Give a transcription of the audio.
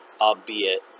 albeit